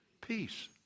peace